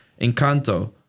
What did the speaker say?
Encanto